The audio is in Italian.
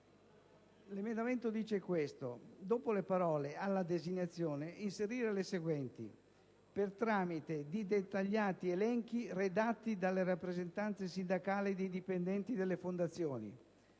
prevede che, dopo le parole «alla designazione», vengano inserite le seguenti: «per tramite di dettagliati elenchi redatti dalle rappresentanze sindacali dei dipendenti delle fondazioni».